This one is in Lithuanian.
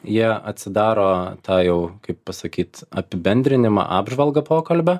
jie atsidaro tą jau kaip pasakyt apibendrinimo apžvalgą pokalbio